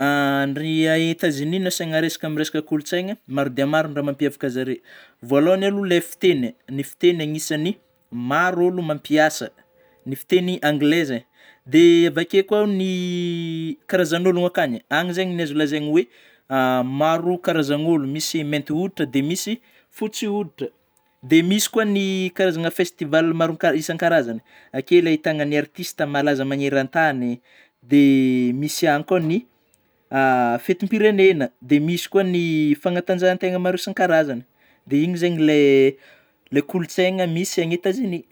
Ndry Etazonia amin'ny resaka kolotsaina maro dia aro raha mampiavaka an'ny zareo voalohany aloha ilay fiteny fiteny anisany maro olo mampiasa ny fiteny anglais zany dia avy akeo koa ny karazan'ôlô akany; any zany azo lazaina tena oe maro karazan'ôlô mainty hoditra dia misy fotsy hoditra; dia misy koa ny karazana vestival maro karazana isankarazana ankeo ilay ahitana ny artista malaza, dia misy ihany koa ny fetim-pirenena, dia misy koa ny fanatanjahantena maro samihafa isankarazana; dia iny izany ilay misy ny kolotsaina any Etazonia.